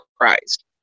Christ